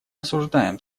осуждаем